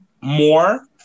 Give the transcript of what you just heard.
more